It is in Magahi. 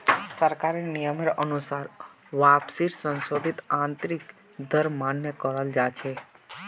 सरकारेर नियमेर अनुसार वापसीर संशोधित आंतरिक दर मान्य कराल जा छे